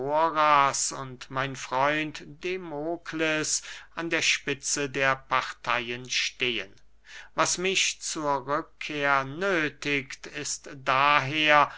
und mein freund demokles an der spitze der parteyen stehen was mich zur rückkehr nöthigt ist daher